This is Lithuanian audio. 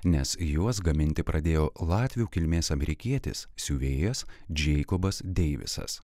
nes juos gaminti pradėjo latvių kilmės amerikietis siuvėjas džeikobas deivisas